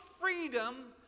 freedom